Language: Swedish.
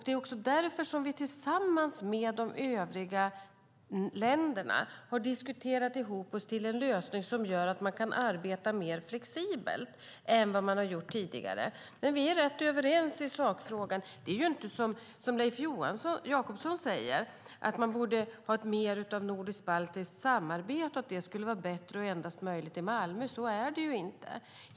Det är också därför som vi tillsammans med de övriga länderna har diskuterat ihop oss till en lösning som gör att man kan arbeta mer flexibelt än vad man har gjort tidigare. Men vi är rätt överens i sakfrågan. Det är inte som Leif Jakobsson säger om att man borde ha mer av ett nordisk-baltiskt samarbete och att det skulle vara bättre och möjligt endast i Malmö. Så är det inte.